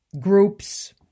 groups